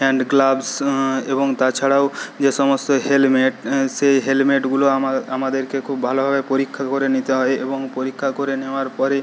hand gloves এবং তাছাড়াও যে সমস্ত হেলমেট সেই হেলমেটগুলো আমাদেরকে খুব ভালোভাবে পরীক্ষা করে নিতে হয় এবং পরীক্ষা করে নেওয়ার পরে